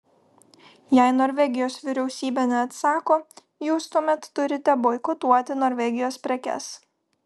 jei norvegijos vyriausybė neatsako jūs tuomet turite boikotuoti norvegijos prekes